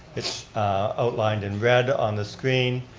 it's outlined in red on the screen.